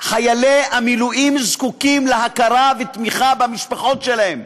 חיילי המילואים זקוקים להכרה ותמיכה במשפחות שלהם.